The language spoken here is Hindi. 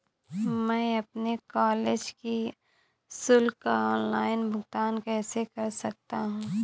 मैं अपने कॉलेज की शुल्क का ऑनलाइन भुगतान कैसे कर सकता हूँ?